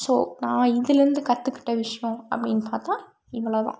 so நான் இதுலேருந்து கற்றுக்கிட்ட விஷயம் அப்டின்னு பார்த்தா இவ்வளோ தான்